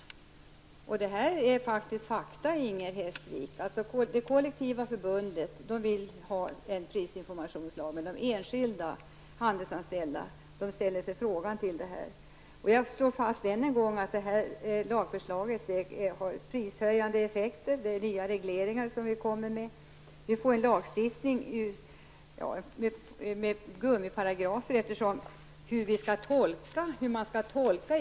Detta är fakta, Inger Hestvik. Det kollektiva förbundet vill ha en prisinformationslag, men de enskilda handelsanställda ställer sig frågande. Jag slår fast än en gång att detta lagförslag har en prishöjande effekt. Det är en ny reglering. Vi får en lagstiftning med gummiparagrafer, eftersom man inte vet hur den skall tolkas.